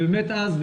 ובאמת אז,